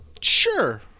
Sure